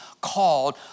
called